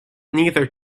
neither